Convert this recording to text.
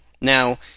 Now